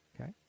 Okay